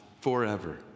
forever